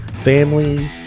family